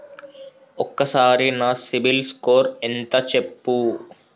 ఒక్కసారి నా CIBIL score ఎంత చెప్పు?